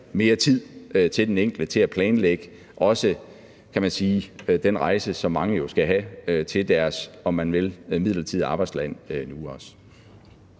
mere tid for den enkelte til at planlægge den rejse, som mange jo skal have, til deres, om man vil, midlertidige arbejdsland. Kl.